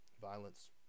violence